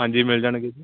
ਹਾਂਜੀ ਮਿਲ ਜਾਣਗੇ ਜੀ